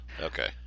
Okay